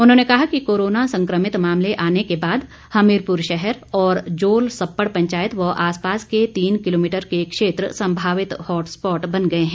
उन्होंने कहा कि कोरोना संक्रमित मामले आने के बाद हमीरपुर शहर और जोल सप्पड़ पंचायत व आसपास के तीन किलोमीटर के क्षेत्र संभावित हॉट स्पॉट बन गये हैं